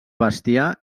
bestiar